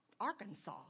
Arkansas